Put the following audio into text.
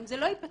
אם זה לא יפתר,